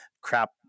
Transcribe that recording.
crap